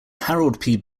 harold